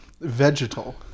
vegetal